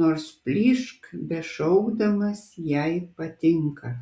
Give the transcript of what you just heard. nors plyšk bešaukdamas jei patinka